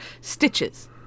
Stitches